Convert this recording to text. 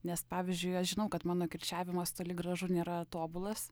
nes pavyzdžiui aš žinau kad mano kirčiavimas toli gražu nėra tobulas